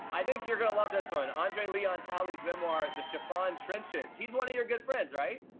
i think you're gonna love this one. andre leon talley's memoir, the chiffon trenches. he's one of your good friends, right?